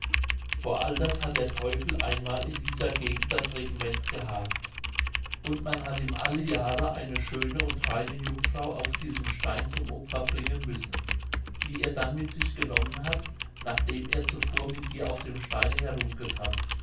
vor alters hat der teufel einmal in dieser gegend das regiment gehabt und man hat ihm alle jahre eine schöne und reine jungfrau auf diesem stein zum opfer bringen müssen die er dann mit sich genommen hat nachdem er zuvor mit ihr auf dem steine